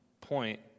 point